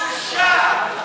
בושה.